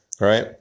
right